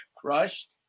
crushed